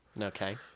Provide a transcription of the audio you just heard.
Okay